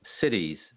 cities